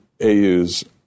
AU's